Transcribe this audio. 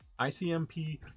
icmp